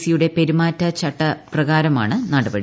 സിയുടെ പെരുമാറ്റചട്ടപ്രകാരമാണ് നടപടി